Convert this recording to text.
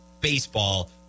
baseball